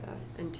yes